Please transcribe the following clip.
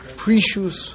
precious